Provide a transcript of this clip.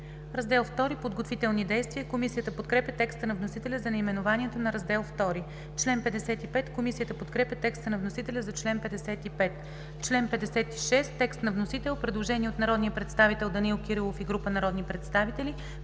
„Раздел ІІ – Подготвителни действия“. Комисията подкрепя текста на вносителя за наименованието на Раздел ІІ. Комисията подкрепя текста на вносителя за чл. 55. Член 56 – текст на вносител. Предложение от народния представител Данаил Кирилов и група народни представители.